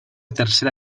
tercera